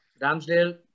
Ramsdale